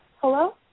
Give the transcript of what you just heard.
Hello